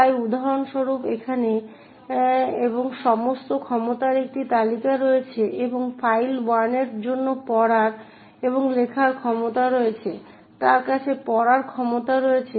তাই উদাহরণস্বরূপ এখানে এবং সমস্ত ক্ষমতার একটি তালিকা রয়েছে এবং ফাইল 1 এর জন্য পড়ার এবং লেখার ক্ষমতা রয়েছে তার কাছে পড়ার ক্ষমতা রয়েছে